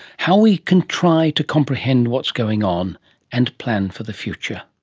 how we can try to comprehend what's going on and plan for the future.